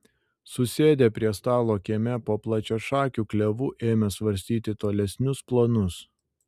susėdę prie stalo kieme po plačiašakiu klevu ėmė svarstyti tolesnius planus